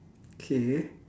okay